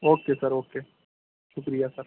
okay sir okay شکریہ سر